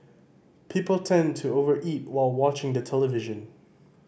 people tend to over eat while watching the television